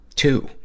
Two